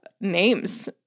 names